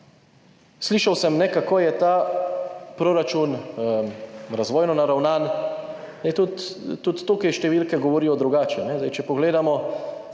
Slišal sem, kako je ta proračun razvojno naravnan. Tudi tukaj številke govorijo drugače.